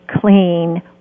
clean